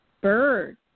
Bird